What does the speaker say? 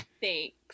Thanks